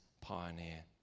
pioneer